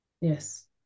yes